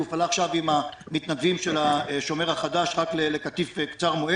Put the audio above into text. היא הופעלה עכשיו עם המתנדבים של השומר החדש רק לקטיף קצר-מועד.